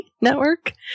Network